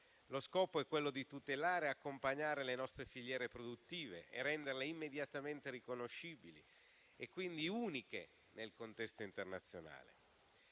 Lo scopo è quello di tutelare e accompagnare le nostre filiere produttive e renderle immediatamente riconoscibili, quindi uniche nel contesto internazionale.